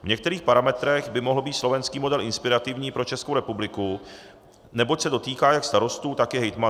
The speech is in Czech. V některých parametrech by mohl být slovenský model inspirativní pro Českou republiku, neboť se dotýká jak starostů, tak i hejtmanů.